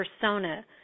persona